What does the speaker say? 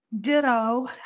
Ditto